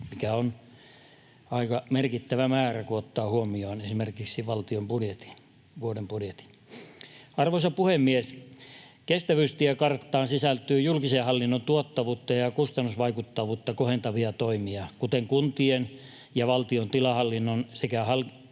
mikä on aika merkittävä määrä, kun ottaa huomioon esimerkiksi valtion budjetin, vuoden budjetin. Arvoisa puhemies! Kestävyystiekarttaan sisältyy julkisen hallinnon tuottavuutta ja kustannusvaikuttavuutta kohentavia toimia, kuten kuntien ja valtion tilahallinnon sekä hankintatoimen